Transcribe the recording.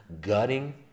gutting